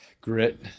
Grit